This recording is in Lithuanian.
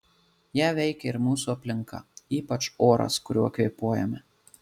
ją veikia ir mūsų aplinka ypač oras kuriuo kvėpuojame